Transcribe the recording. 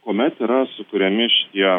kuomet yra sukuriami šitie